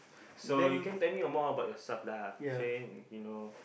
so you can tell me a more about yourself lah say you know